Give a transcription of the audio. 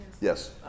Yes